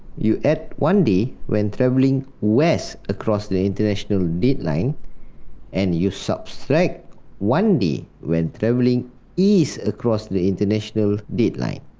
you add one day when travelling west across the international dateline and, you subtract one day when travelling east across the international dateline.